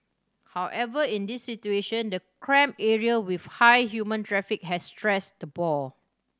however in this situation the cramped area with high human traffic had stressed the boar